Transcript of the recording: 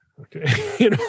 okay